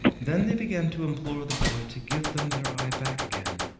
then they began to implore the boy to give them their eye back again,